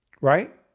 Right